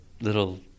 little